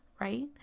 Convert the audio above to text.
right